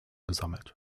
gesammelt